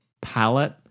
palette